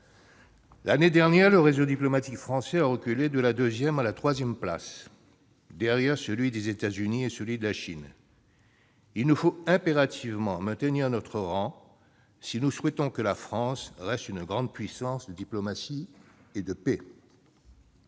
L'année dernière, le réseau diplomatique français a reculé de la deuxième à la troisième place, derrière les États-Unis et la Chine. Il nous faut impérativement maintenir notre rang si nous souhaitons que notre pays reste une grande puissance de diplomatie et de paix.